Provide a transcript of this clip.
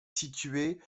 située